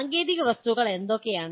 സാങ്കേതിക വസ്തുക്കൾ എന്തൊക്കെയാണ്